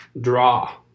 draw